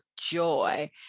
joy